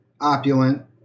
opulent